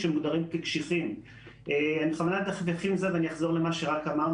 מכוני מחקר מימין ומשמאל